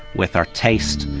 with our taste,